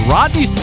Rodney